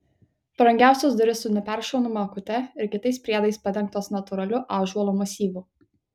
brangiausios durys su neperšaunama akute ir kitais priedais padengtos natūraliu ąžuolo masyvu